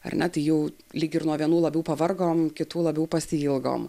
ar ne tai jau lyg ir nuo vienų labiau pavargom kitų labiau pasiilgom